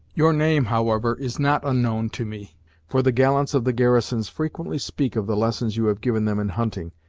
your name, however, is not unknown to me for the gallants of the garrisons frequently speak of the lessons you have given them in hunting,